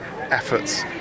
efforts